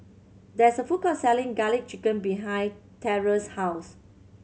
there is a food court selling Garlic Chicken behind Terrance's house